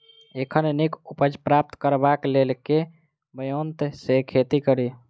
एखन नीक उपज प्राप्त करबाक लेल केँ ब्योंत सऽ खेती कड़ी?